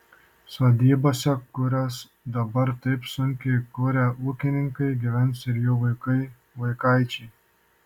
sodybose kurias dabar taip sunkiai kuria ūkininkai gyvens ir jų vaikai vaikaičiai